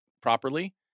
properly